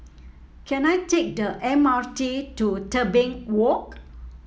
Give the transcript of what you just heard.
can I take the M R T to Tebing Walk